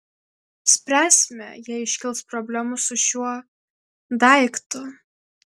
spręsime jei iškils problemų su šiuo daiktu